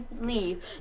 leave